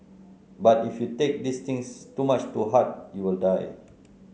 but if you take these things too much to heart you will die